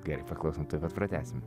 gerai paklausom tuoj pat pratęsim